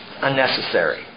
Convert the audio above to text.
Unnecessary